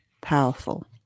powerful